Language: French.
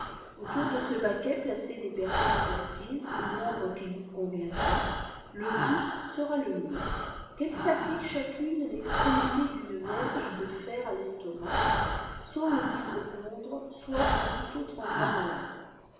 autour de ce baquet placez des personnep assises au nombre qu'il vous conviendra le plus sera le njieux qu'elles s appliquent chacune péxtrémite d une vergç de fer testomac soit aux iiypocofies soit à tbul îulre endroit malade